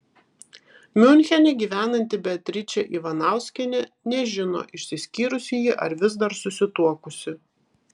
miunchene gyvenanti beatričė ivanauskienė nežino išsiskyrusi ji ar vis dar susituokusi